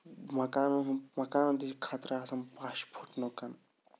مکانَن ہُنٛد مکانَن تہِ چھِ خطرٕ آسان پَش پھُٹنُکَن